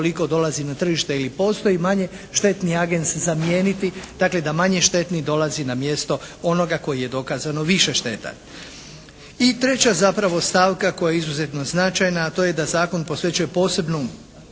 I treća zapravo stavka koja je izuzetno značajna a to je da zakon posvećuje posebnu